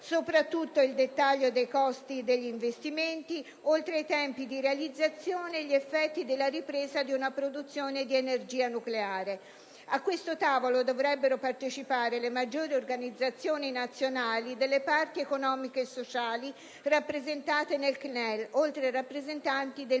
soprattutto il dettaglio dei costi degli investimenti, oltre che i tempi di realizzazione e gli effetti della ripresa di una produzione di energia nucleare. A questo tavolo dovrebbero partecipare le maggiori organizzazioni nazionali delle parti economiche e sociali rappresentate nel CNEL oltre che i rappresentanti del